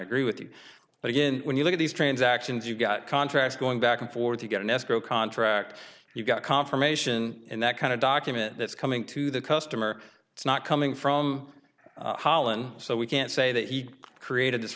agree with you but again when you look at these transactions you've got contracts going back and forth you've got an escrow contract you've got confirmation and that kind of document that's coming to the customer it's not coming from holland so we can't say that he created this